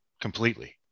completely